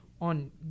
on